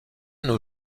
nos